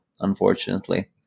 unfortunately